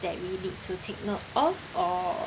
that we need to take note of or